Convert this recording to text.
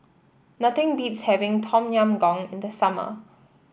nothing beats having Tom Yam Goong in the summer